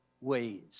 ways